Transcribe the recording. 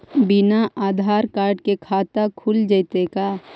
बिना आधार कार्ड के खाता खुल जइतै का?